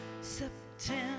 September